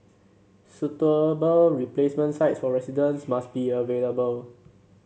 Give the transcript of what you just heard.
suitable replacement sites for residents must be available